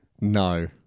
No